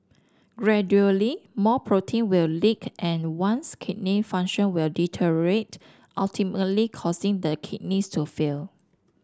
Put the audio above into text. gradually more protein will leak and one's kidney function will deteriorate ultimately causing the kidneys to fail